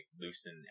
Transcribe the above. loosen